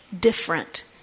different